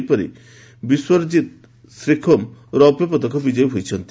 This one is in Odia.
ସେହିପରି ବିଶ୍ୱରଜିତ୍ ଶ୍ରୀଖୋମ୍ ରୌପ୍ୟ ପଦକ ବିଜୟୀ ହୋଇଛନ୍ତି